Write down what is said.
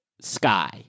sky